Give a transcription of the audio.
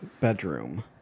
bedroom